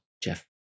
Jeff